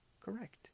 correct